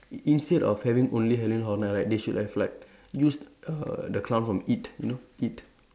in~ instead of having only Halloween horror night right they should have like used err the clown from it you know it